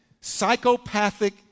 psychopathic